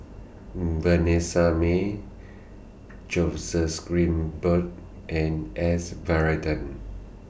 Vanessa Mae Jose's Grimberg and S Varathan